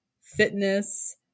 fitness